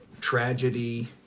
tragedy